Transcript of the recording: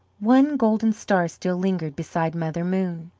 one golden star still lingered beside mother moon.